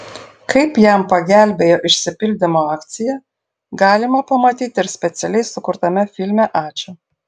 kaip jam pagelbėjo išsipildymo akcija galima pamatyti ir specialiai sukurtame filme ačiū